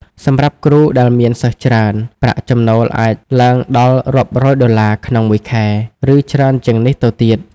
សម្រាប់គ្រូដែលមានសិស្សច្រើន ប្រាក់ចំណូលអាចឡើងដល់រាប់រយដុល្លារក្នុងមួយខែ ឬច្រើនជាងនេះទៅទៀត។